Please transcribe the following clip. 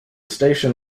station